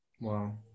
wow